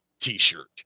t-shirt